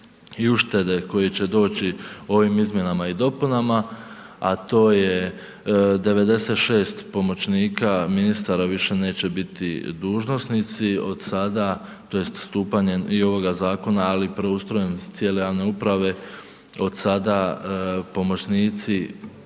i uštede koji će doći ovim izmjenama i dopunama, a to je 96 pomoćnika, ministara više neće biti dužnosnici, od sada, tj. stupanjem i ovoga zakona, ali i preustrojem cijele javne uprave, od sada pomoćnici